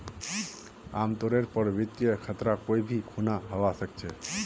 आमतौरेर पर वित्तीय खतरा कोई भी खुना हवा सकछे